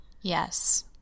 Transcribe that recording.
Yes